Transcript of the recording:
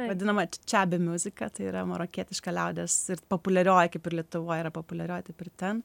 vadinama čebi muzika tai yra marokietiška liaudies ir populiarioji kaip ir lietuvoje yra populiarioji taip ir ten